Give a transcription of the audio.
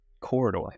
corridor